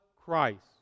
Christ